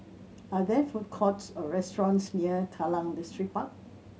are there food courts or restaurants near Kallang Distripark